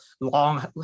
long